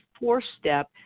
four-step